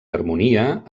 harmonia